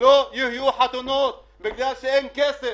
לא יהיו חתונות בגלל שאין כסף,